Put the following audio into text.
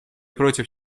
против